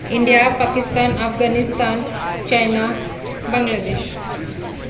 India Pakistan Afghanistan China Bangladesh